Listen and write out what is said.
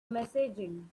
messaging